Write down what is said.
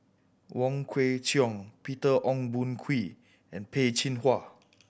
Wong Kwei Cheong Peter Ong Boon Kwee and Peh Chin Hua